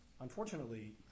Unfortunately